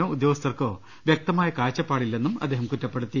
no ഉദ്യോഗസ്ഥർക്കോ വൃക്തമായ കാഴ്ചപ്പാടില്ലെന്നും അദ്ദേഹം കുറ്റപ്പെടുത്തി